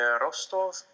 Rostov